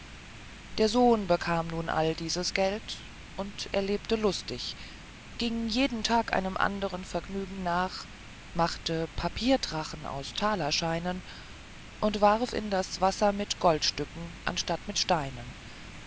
der sohn bekam nun all dieses geld und er lebte lustig ging jeden tag einem anderen vergnügen nach machte papierdrachen von thalerscheinen und warf in das wasser mit goldstücken anstatt mit einem steine